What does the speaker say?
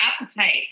appetite